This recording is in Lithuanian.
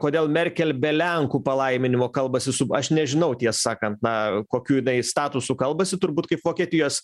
kodėl merkel be lenkų palaiminimo kalbasi su aš nežinau tiesą sakant na kokiu jinai statusu kalbasi turbūt kaip vokietijos